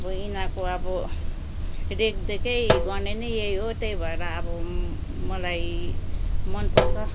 अब यिनीहरूको अब रेखदेखै गर्ने नै यही हो त्यही भएर अब मलाई मनपर्छ